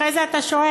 אחרי זה אתה שואל,